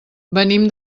venim